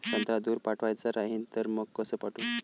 संत्रा दूर पाठवायचा राहिन तर मंग कस पाठवू?